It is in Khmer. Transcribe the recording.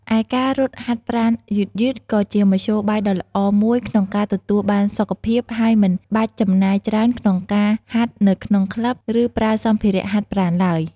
ឯការរត់ហាត់ប្រាណយឺតៗក៏ជាមធ្យោបាយដ៏ល្អមួយក្នុងការទទួលបានសុខភាព ហើយមិនបាច់ចំណាយច្រើនក្នុងការហាត់នៅក្នុងក្លិប ឬប្រើសម្ភារៈហាត់ប្រាណឡើយ។